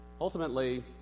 Ultimately